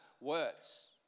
words